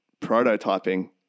prototyping